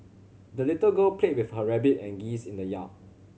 the little girl played with her rabbit and geese in the yard